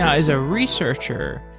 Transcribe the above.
as a researcher,